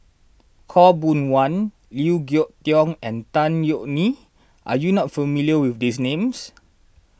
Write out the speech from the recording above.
Khaw Boon Wan Liew Geok Leong and Tan Yeok Nee are you not familiar with these names